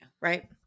Right